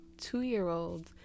two-year-old